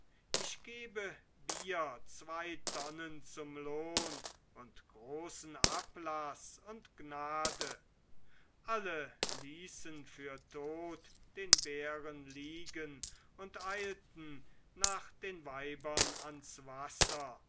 ich gebe bier zwei tonnen zum lohn und großen ablaß und gnade alle ließen für tot den bären liegen und eilten nach den weibern ans wasser